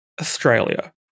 Australia